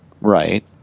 right